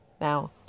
now